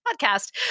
podcast